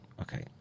okay